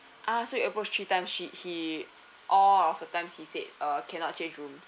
ah so you approached three times she he all of the time he said uh cannot change rooms